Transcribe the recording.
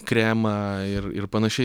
kremą ir ir panašiai